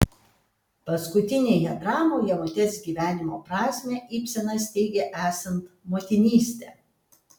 paskutinėje dramoje moters gyvenimo prasmę ibsenas teigia esant motinystę